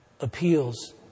appeals